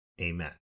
Amen